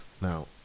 Now